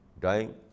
dying